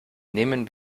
nehmen